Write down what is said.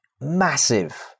massive